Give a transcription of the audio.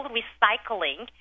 recycling